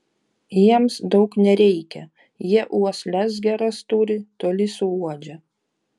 jiems daug nereikia jie uosles geras turi toli suuodžia